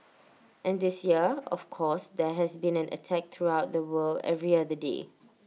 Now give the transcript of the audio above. and this year of course there has been an attack throughout the world every other day